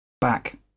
back